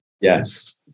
Yes